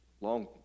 long